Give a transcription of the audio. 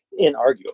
inarguable